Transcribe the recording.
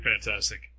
fantastic